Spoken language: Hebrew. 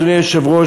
אדוני היושב-ראש,